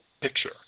picture